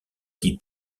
qui